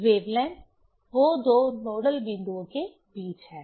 और वेवलेंथ वे दो नोडल बिंदुओं के बीच हैं